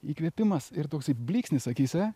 įkvėpimas ir toksai blyksnis akyse